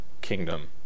kingdom